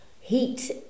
heat